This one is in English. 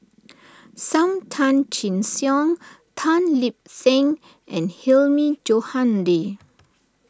Sam Tan Chin Siong Tan Lip Seng and Hilmi Johandi